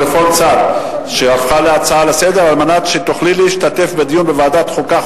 תהפוך להצעה לסדר-היום על מנת שתוכלי להשתתף בדיון בוועדת החוקה,